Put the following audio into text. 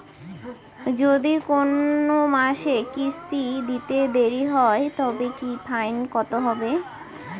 যদি কোন মাসে কিস্তি দিতে দেরি হয় তবে কি ফাইন কতহবে?